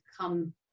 come